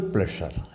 Pleasure